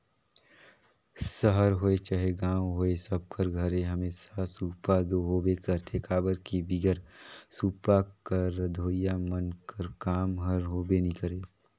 सहर होए चहे गाँव होए सब कर घरे हमेसा सूपा दो होबे करथे काबर कि बिगर सूपा कर रधोइया मन कर काम हर होबे नी करे